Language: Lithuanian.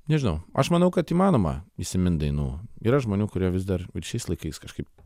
nežinau aš manau kad įmanoma įsimint dainų yra žmonių kurie vis dar šiais laikais kažkaip